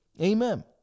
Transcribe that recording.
Amen